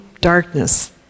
darkness